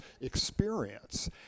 experience